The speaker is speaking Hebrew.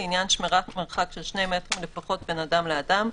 לעניין שמירת מרחק של 2 מטרים לפחות בין אדם לאדם,